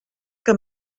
que